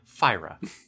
Fira